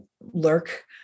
lurk